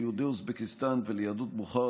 ליהודי אוזבקיסטן וליהדות בוכרה,